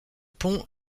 pont